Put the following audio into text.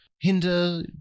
hinder